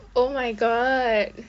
oh my god